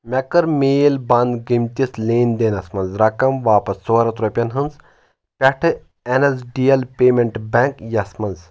مےٚ کَر میل بنٚد گٔمتِس لین دینَس منٛز رقَم واپَس ژور ہتھ رۄپٮ۪ن ہٕنز پیٹھٕ N S D L payment bank یس منٛز